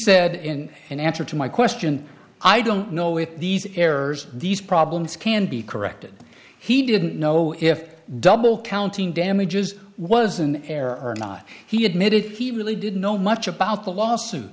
said in an answer to my question i don't know if these errors these problems can be corrected he didn't know if double counting damages was an error or not he admitted he really didn't know much about the lawsuit